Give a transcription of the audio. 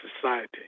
society